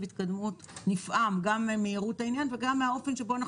ההתקדמות נפעם גם ממהירות העניין וגם מהאופן שבו אנחנו